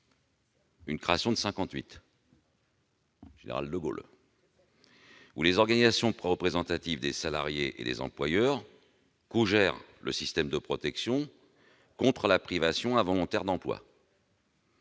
Savoldelli. Depuis 1958, les organisations représentatives des salariés et des employeurs cogèrent le système de protection contre la privation involontaire d'emploi-